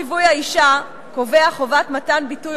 חוק שיווי זכויות האשה קובע חובת מתן ביטוי